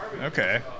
Okay